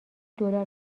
دلار